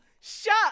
Shut